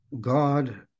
God